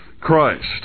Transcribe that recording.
Christ